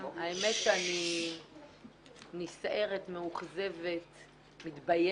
האמת שאני נסערת, מאוכזבת, מתביישת.